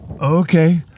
Okay